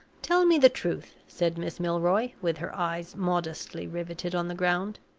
tell me the truth, said miss milroy, with her eyes modestly riveted on the ground.